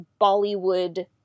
Bollywood